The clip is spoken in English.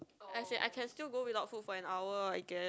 as in I can still go without food for an hour I guess